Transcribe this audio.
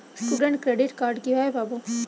Student credit card কিভাবে পাব?